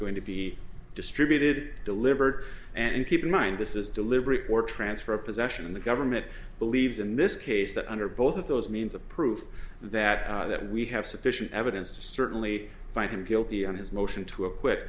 going to be distributed delivered and keep in mind this is delivery for transfer of possession and the government believes in this case that under both of those means of proof that that we have sufficient evidence to certainly find him guilty on his motion to acqui